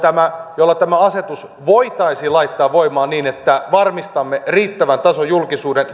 jolla tämä asetus voitaisiin laittaa voimaan niin että varmistaisimme riittävän tason julkisuuden